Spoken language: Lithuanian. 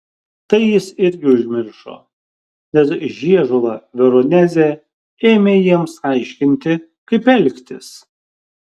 tai jis irgi užmiršo nes žiežula veronezė ėmė jiems aiškinti kaip elgtis